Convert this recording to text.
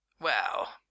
Well